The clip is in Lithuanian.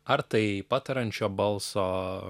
ar tai patariančio balso